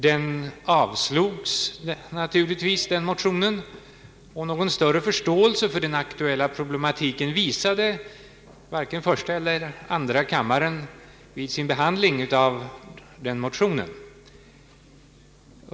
Den avslogs naturligtvis, och någon större förståelse för den aktuella problematiken visade varken första eller andra kammaren vid sin behandling av den motionen.